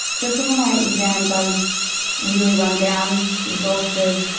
just before my exams i was really run down, exhausted,